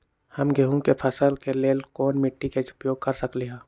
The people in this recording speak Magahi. हम गेंहू के फसल के लेल कोन मिट्टी के उपयोग कर सकली ह?